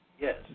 Yes